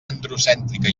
androcèntrica